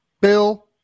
Bill